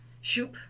Shoop